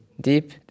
deep